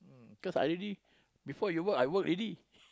mm cause I already before you work I work already